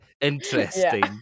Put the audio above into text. interesting